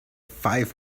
five